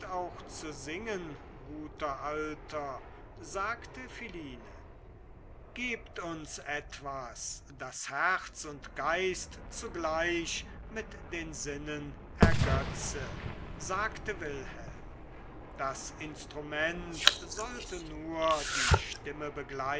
auch zu singen guter alter sagte philine gebt uns etwas das herz und geist zugleich mit den sinnen ergötze sagte wilhelm das instrument sollte nur die stimme